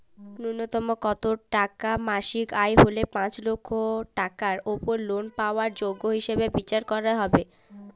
ন্যুনতম কত টাকা মাসিক আয় হলে পাঁচ লক্ষ টাকার উপর লোন পাওয়ার যোগ্য হিসেবে বিচার করা হবে?